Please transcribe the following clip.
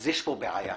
אז יש פה בעיה.